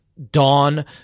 Dawn